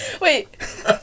Wait